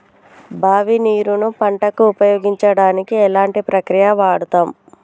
బావి నీరు ను పంట కు ఉపయోగించడానికి ఎలాంటి ప్రక్రియ వాడుతం?